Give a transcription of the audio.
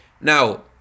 Now